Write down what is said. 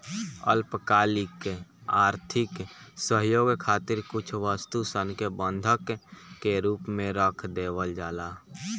अल्पकालिक आर्थिक सहयोग खातिर कुछ वस्तु सन के बंधक के रूप में रख देवल जाला